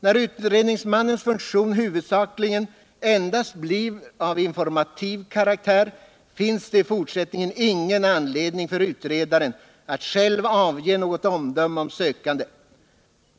När utredningsmannens funktion huvudsakligen endast blir av informativ karaktär finns det i fortsättningen ingen anledning för utredaren att själv avge något omdöme om sökanden.